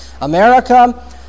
America